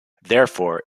therefore